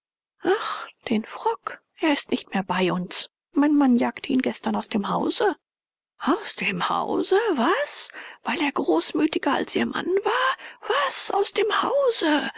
ach den frock er ist nicht mehr bei uns mein mann jagte ihn gestern aus dem hause aus dem hause was weil er großmütiger als ihr mann war was aus dem hause